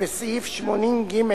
ובסעיף 8(ג),